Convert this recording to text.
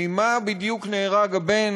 ממה בדיוק נהרג הבן,